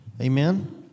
Amen